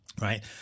Right